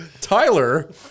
Tyler